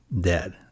dead